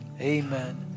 Amen